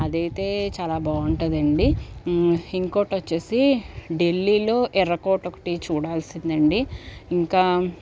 అదైతే చాలా బాగుంటదండీ ఇంకోటొచ్చేసి ఢిల్లీలో ఎర్రకోట ఒకటి చూడ వలసిందండీ ఇంకా